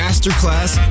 Masterclass